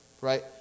right